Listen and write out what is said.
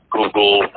Google